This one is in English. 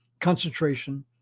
concentration